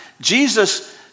Jesus